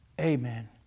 Amen